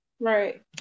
Right